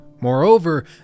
Moreover